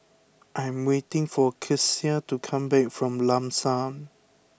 I am waiting for Kecia to come back from Lam San